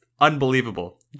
unbelievable